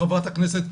מחה"כ,